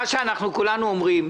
מה שאנחנו כולנו אומרים